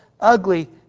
ugly